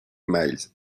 miles